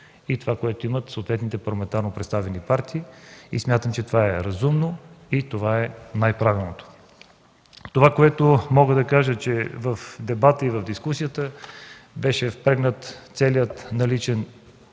и това, което имат съответните парламентарно представени партии. Смятам, че това е разумно и е най-правилното. Това, което мога да кажа, е, че в дебата и в дискусията беше впрегнат целият наличен